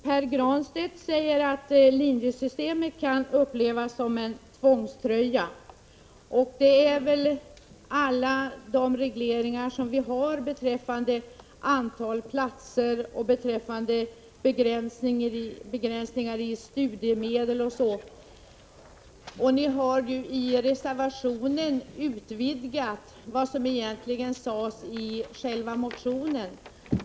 Pär Granstedt säger att linjesystemet kan upplevas som en tvångströja, och det gäller väl alla de regleringar som finns beträffande antal platser, begränsningar i studiemedel, etc. Ni i centern har ju i reservationen utvidgat kraven jämfört med vad som egentligen sades i själva motionen.